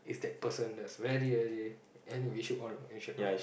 is that person that's very very and we should all we should all